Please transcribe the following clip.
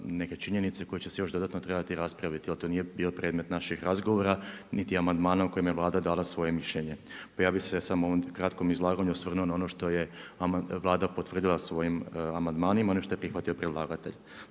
neke činjenice koje će se još dodatno trebati raspraviti ali to nije bio predmet naših razgovora niti amandmana u kojima je Vlada dala svoje mišljenje. Pa ja bih se samo u ovom kratkom izlaganju osvrnuo na ono što je Vlada potvrdila svojim amandmanima, onim što je prihvatio predlagatelj.